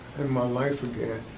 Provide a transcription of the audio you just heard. in my life again.